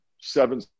seven